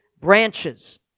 branches